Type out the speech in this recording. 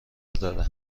داره